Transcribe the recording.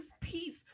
peace